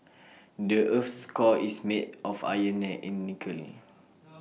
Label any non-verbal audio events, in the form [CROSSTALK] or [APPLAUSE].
the Earth's core is made of iron [UNINTELLIGIBLE] and nickel